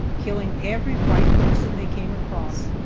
killing every white person they came across,